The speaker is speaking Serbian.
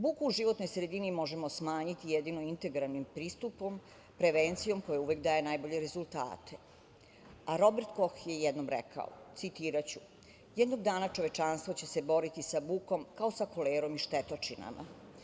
Buku u životnoj sredini možemo smanjiti jedino integralnim pristupom, prevencijom koja uvek daje najbolje rezultate, a Robert Koh je jednom rekao, citiraću: „Jednog dana čovečanstvo će se boriti sa bukom kao sa kolerom i štetočinama“